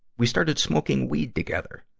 we started smoking weed together.